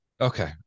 Okay